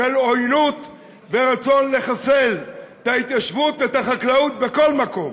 של עוינות ורצון לחסל את ההתיישבות ואת החקלאות בכל מקום.